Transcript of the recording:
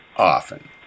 Often